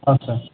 ಹಾಂ ಸರ್